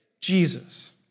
Jesus